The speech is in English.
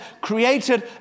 created